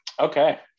Okay